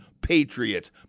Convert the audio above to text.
patriots